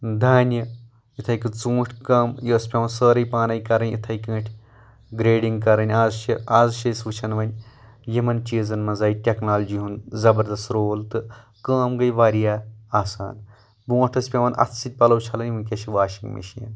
دانہِ اِتھٕے کٔۍ ژوٗنٛٹھۍ کٲم یہِ ٲسۍ پٮ۪وان سٲرٕے پانے کرٕنۍ اِتھٕے کٲٹھۍ گریڈنٛگ کرٕنۍ آز چھِ آز چھِ أسۍ وٕچھان وۄنۍ یِمن چیٖزن منٛز آیہِ ٹٮ۪کنالجی ہُنٛد زبردست رول تہٕ کٲم گٔیے واریاہ آسان بونٛٹھ اوس پٮ۪وان اتھہٕ سۭتۍ پلو چھلٕنۍ وُنکیٚس چھِ واشنٛگ مشیٖن